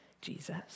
Jesus